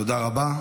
תודה רבה.